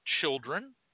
children